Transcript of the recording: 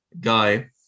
guy